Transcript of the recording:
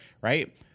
right